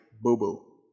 boo-boo